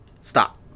stop